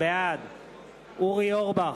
בעד אורי אורבך,